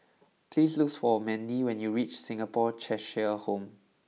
please look for Mendy when you reach Singapore Cheshire Home